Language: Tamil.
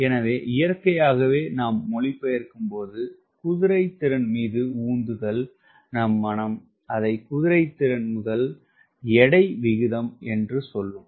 எனவே இயற்கையாகவே நாம் மொழிபெயர்க்கும்போது குதிரைத்திறன் மீது உந்துதல் நம் மனம் அதை குதிரைத்திறன் முதல் எடை விகிதம் என்று சொல்லும்